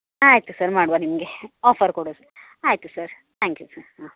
ಆಯಿತು ಸರ್ ಮಾಡುವಾ ನಿಮಗೆ ಆಫರ್ ಕೊಡೋದು ಆಯಿತು ಸರ್ ತ್ಯಾಂಕ್ ಯು ಸರ್ ಹಾಂ